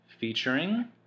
featuring